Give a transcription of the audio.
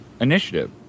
initiative